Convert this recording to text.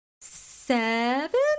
seven